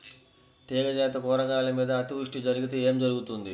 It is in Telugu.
తీగజాతి కూరగాయల మీద అతివృష్టి జరిగితే ఏమి జరుగుతుంది?